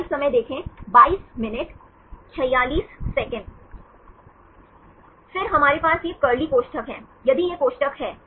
फिर हमारे पास यह कर्ली कोष्ठक हैं यदि यह कोष्ठक है